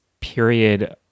period